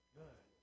good